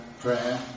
prayer